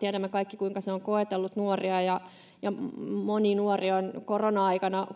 Tiedämme kaikki, kuinka korona-aika on koetellut nuoria ja moni nuori on korona-aikana